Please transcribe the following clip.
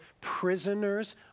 prisoners